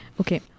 Okay